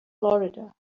florida